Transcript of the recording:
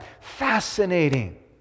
Fascinating